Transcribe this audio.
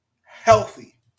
healthy